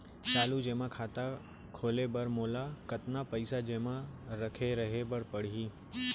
चालू जेमा खाता खोले बर मोला कतना पइसा जेमा रखे रहे बर पड़ही?